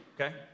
okay